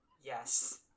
Yes